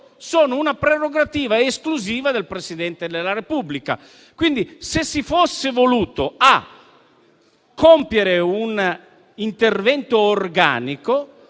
sono una prerogativa esclusiva del Presidente della Repubblica. Quindi, in primo luogo, se si fosse voluto compiere un intervento organico,